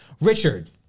Richard